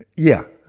yeah.